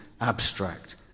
abstract